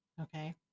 Okay